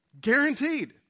Guaranteed